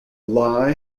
lie